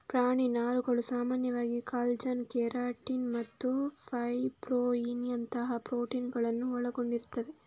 ಪ್ರಾಣಿ ನಾರುಗಳು ಸಾಮಾನ್ಯವಾಗಿ ಕಾಲಜನ್, ಕೆರಾಟಿನ್ ಮತ್ತು ಫೈಬ್ರೊಯಿನ್ನಿನಂತಹ ಪ್ರೋಟೀನುಗಳನ್ನು ಒಳಗೊಂಡಿರುತ್ತವೆ